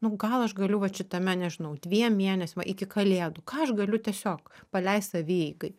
nu gal aš galiu vat šitame nežinau dviem mėnesiam iki kalėdų ką aš galiu tiesiog paleist savieigai